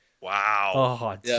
wow